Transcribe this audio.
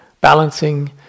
balancing